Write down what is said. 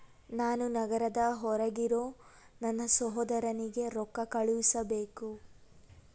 ನಾನು ನಗರದ ಹೊರಗಿರೋ ನನ್ನ ಸಹೋದರನಿಗೆ ರೊಕ್ಕ ಕಳುಹಿಸಬೇಕು